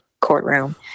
courtroom